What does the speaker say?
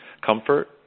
comfort